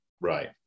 right